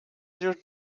your